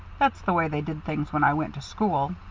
that's the way they did things when i went to school.